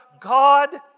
God